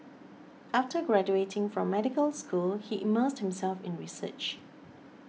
after graduating from medical school he immersed himself in research